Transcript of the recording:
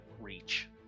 reach